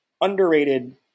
underrated